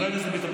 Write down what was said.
לא באת להצבעות,